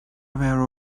aware